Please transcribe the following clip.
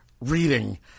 reading